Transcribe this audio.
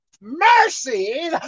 mercy